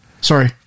Sorry